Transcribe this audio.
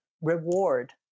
reward